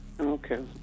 okay